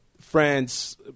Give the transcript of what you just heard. France